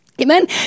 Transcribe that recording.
Amen